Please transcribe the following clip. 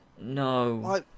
No